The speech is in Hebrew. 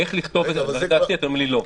זו דעתי, אתם אומרים לי לא.